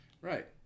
Right